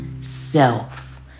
self